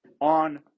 on